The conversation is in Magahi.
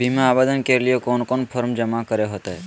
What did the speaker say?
बीमा आवेदन के लिए कोन कोन फॉर्म जमा करें होते